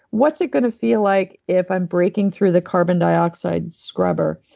what's it going to feel like if i'm breaking through the carbon dioxide scrubber?